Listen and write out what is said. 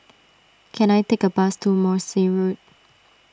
can I take a bus to Morse Road